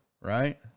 right